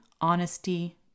honesty